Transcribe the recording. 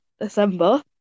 December